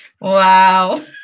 wow